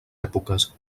èpoques